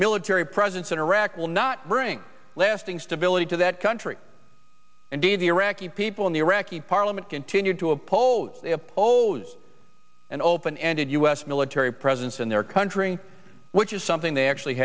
military presence in iraq will not bring lasting stability to that country the iraqi people in the iraqi parliament continue to oppose an open ended u s military presence in their country which is something they actually